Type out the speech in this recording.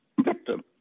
victim